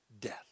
Death